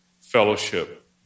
fellowship